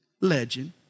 legend